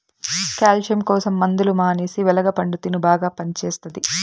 calcium కోసం మందులు మానేసి వెలగ పండు తిను బాగా పనిచేస్తది